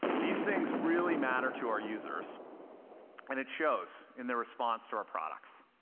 these things really matter to our users and it shows in their response to our products.